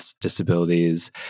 disabilities